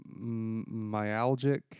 Myalgic